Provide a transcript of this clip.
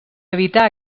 evitar